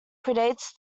predates